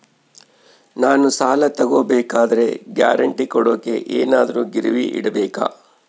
ನಾನು ಸಾಲ ತಗೋಬೇಕಾದರೆ ಗ್ಯಾರಂಟಿ ಕೊಡೋಕೆ ಏನಾದ್ರೂ ಗಿರಿವಿ ಇಡಬೇಕಾ?